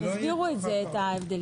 אז תסבירו את זה, את ההבדלים.